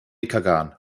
kagan